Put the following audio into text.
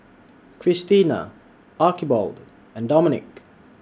Krystina Archibald and Domenic